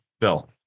Bill